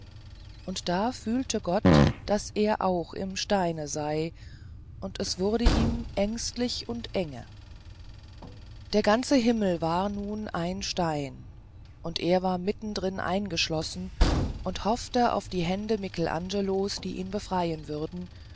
und da fühlte gott daß er auch im steine sei und es wurde ihm ängstlich und enge der ganze himmel war nur ein stein und er war mitten drin eingeschlossen und hoffte auf die hände michelangelos die ihn befreien würden